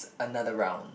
another round